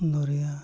ᱫᱚᱨᱭᱟ